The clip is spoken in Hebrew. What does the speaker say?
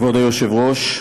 כבוד היושב-ראש,